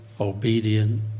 obedient